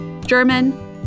German